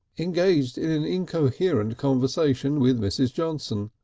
engaged in an incoherent conversation with mrs. johnson.